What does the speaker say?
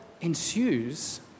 ensues